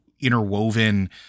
interwoven